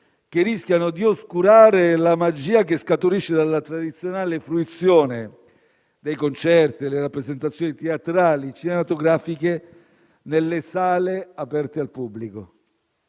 che rischiano di oscurare la magia che scaturisce dalla tradizionale fruizione di concerti e rappresentazioni teatrali e cinematografiche nelle sale aperte al pubblico.